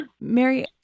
Mary